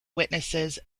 witnesses